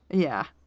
yeah.